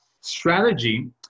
Strategy